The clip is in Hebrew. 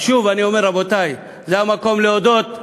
תמשיכו להגיד את זה.